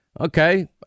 Okay